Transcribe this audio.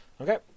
okay